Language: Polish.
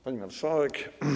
Pani Marszałek!